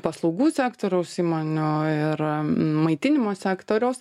paslaugų sektoriaus įmonių ir maitinimo sektoriaus